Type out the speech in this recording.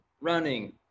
running